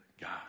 God